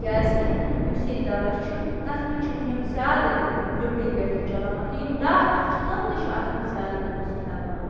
کیازِ کہِ یُس ییٚتہِ دوا چھُ تَتھ منٛز چھُ وٕنہِ یِم زیادٕ ڈُبلِکیٹ تہِ چَلاوان تہٕ یِم ڈاکٹر چھِ تِم تہِ چھِ اَتھ منٛز یادٕ پونسہٕ کھٮ۪وان